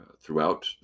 throughout